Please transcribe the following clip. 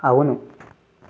అవును